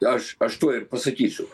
aš aš tuoj ir pasakysiu